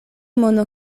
mono